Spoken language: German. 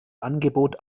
angebot